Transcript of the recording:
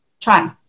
try